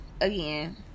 again